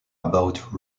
about